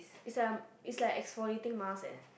is like a is like an exfoliating mask leh